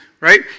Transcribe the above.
right